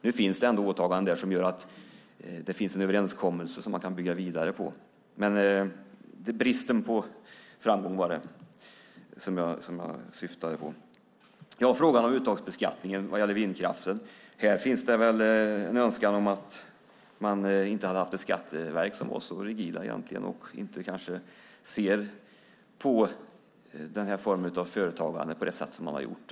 Nu finns det ändå en överenskommelse som man kan bygga vidare på. Det var alltså bristen på framgång som jag syftade på. Sedan var det frågan om uttagsbeskattningen vad gäller vindkraften. Här finns det väl en önskan om att vi hade ett skatteverk där de inte är så rigida och inte ser på den här formen av företagande på det sätt som man har gjort.